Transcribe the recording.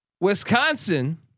Wisconsin